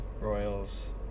Royals